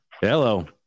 Hello